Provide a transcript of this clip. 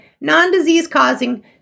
non-disease-causing